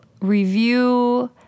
review